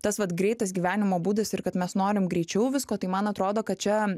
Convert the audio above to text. tas vat greitas gyvenimo būdas ir kad mes norim greičiau visko tai man atrodo kad čia